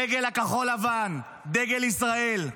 דגל הכחול-לבן, דגל ישראל,